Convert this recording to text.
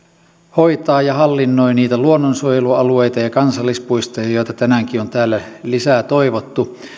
hoitaa ja hallinnoi niitä luonnonsuojelualueita ja kansallispuistoja joita tänäänkin on täällä lisää toivottu